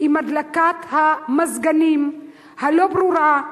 עם הדלקת המזגנים הלא-ברורה.